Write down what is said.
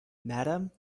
madam